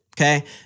okay